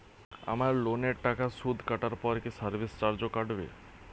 আমার লোনের টাকার সুদ কাটারপর কি সার্ভিস চার্জও কাটবে?